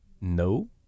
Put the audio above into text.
No